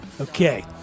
Okay